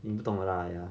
你不懂 lah !aiya!